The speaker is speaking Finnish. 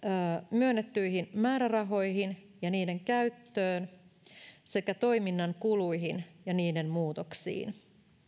myönnettyihin määrärahoihin ja niiden käyttöön sekä toiminnan kuluihin ja niiden muutoksiin